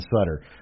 Sutter